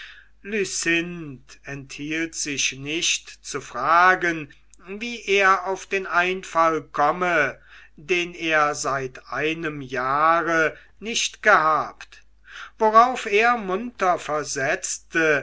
enthielt sich nicht zu fragen wie er auf den einfall komme den er seit einem jahre nicht gehabt worauf er munter versetzte